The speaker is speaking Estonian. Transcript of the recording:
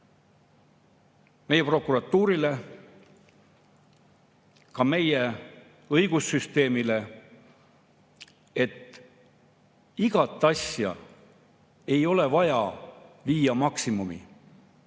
meie prokuratuurile, ka meie õigussüsteemile, et igat asja ei ole vaja viia maksimumini.